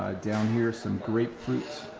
down here some grapefruit,